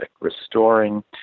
restoring